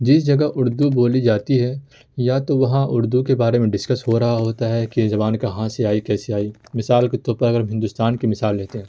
جس جگہ اردو بولی جاتی ہے یا تو وہاں اردو کے بارے میں ڈسکس ہو رہا ہوتا ہے کہ یہ زبان کہاں سے آئی کیسے آئی مثال کے طور پر اگر ہم ہندوستان کی مثال لیتے ہیں